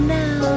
now